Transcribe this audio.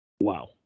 Wow